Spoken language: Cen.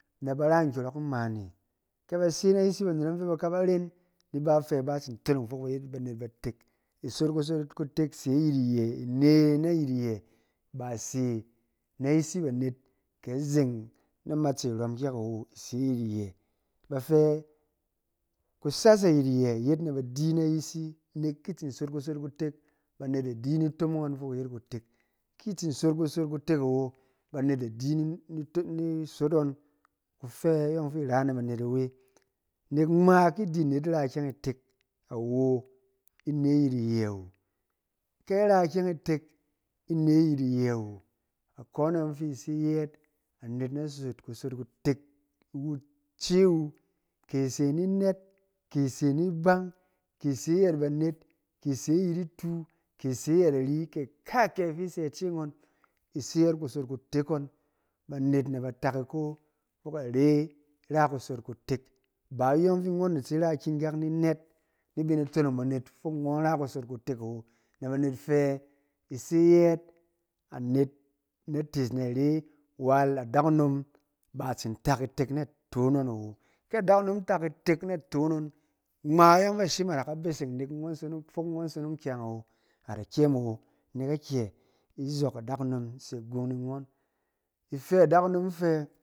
Na ban a kyɔrɔk inɔaane, ke ba se na yisi ba net yɔng fɛ ba kaba ren iba fɛ ba nit sin tonong fok iba yet banet ba tek. Isot kusot kutek se yit iyɛ ine na ayit iyɛ ba ise na yisi banet ke azeng na amatse irom kyɛk awo, ise ayit iyɛ, ba fɛ ku sas ayit yɛ yet na ta di na ayisi nek ki itsin sot kusot kutek banet da di ni kutomong ngɔn fi kayet katek. Ki itsin kosot kutek awo banet dadi ni ni to ni sot ngɔnng kufɛ yɔng fi ira na banet ba awe. Nek mgma ki idi anet na ikyɛng itek a wo ine a yit iyɛ wu. kɛ a na ikyɛng itek ine a yit iyɛ wu. A kɔn e yɔng fi ise yɛɛt anet na sot kusot kutek iwu ice wu. Ke ase ni nɛt ke ase ni bang ke se ayɛt ari, ke ka ke fi ise ice ngɔn ise yɛɛt kusot kutek ngɔn banet na ba tak iko fok are ra kusot kutek. Ba yɔng fi ngɔn da tsi na iki kak ni net ni bini tonong banet fok ngɔn ra kusot kutek a wo. Na banet fe ise yɛɛt anet na fees na ane while adakunom ba atsin tak itek na toon ngɔn awo. Ke adakunom tak itek na toon ngɔn awo. Ke adakunom tak itek na toon ngon mgma ayɔng fɛ ashim adaka beseng nek ngɔn sonong fok ngɔn sonong kyaang awo ada kyem awenek akyɛ izɔk adakunom se gung ni ngɔn.